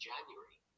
January